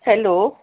hello